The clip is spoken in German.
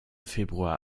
februar